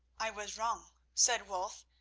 i was wrong, said wulf.